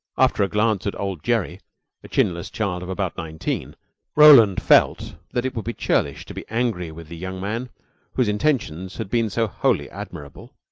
after a glance at old gerry a chinless child of about nineteen roland felt that it would be churlish to be angry with a young man whose intentions had been so wholly admirable.